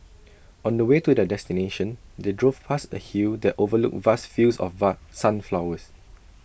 on the way to their destination they drove past A hill that overlooked vast fields of sunflowers